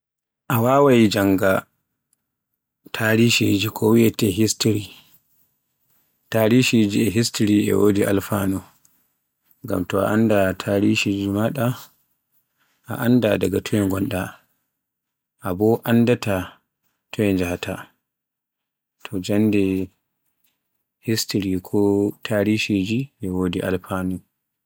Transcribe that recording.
A wawaay jannga tarishiji ko wiyeete history, tarishiji e history e wodi alfanu, ngam to a annda tarishiji maaɗa a annda daga toy ngonda, a bo anndita toy njahaata. To jannde history ko tarihiiji e wodi alfanu.